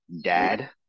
dad